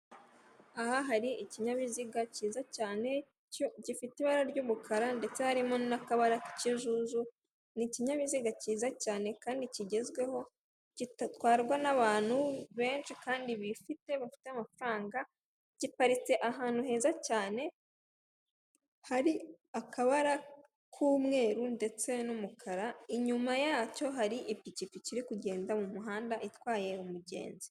Aha hari ikinyabiziga cyiza cyane gifite ibara ry'umukara ndetse harimo n'akabara k'ikijuju. Ni ikinyabiziga cyiza cyane kandi kigezweho kidatwarwa n'abantu benshi kandi bifite bafite amafaranga, giparitse ahantu heza cyane hari akabara k'umweru ndetse n'umukara. Inyuma yacyo hari ipikipi iri kugenda mu muhanda itwaye umugenzi.